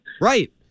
right